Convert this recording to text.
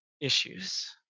issues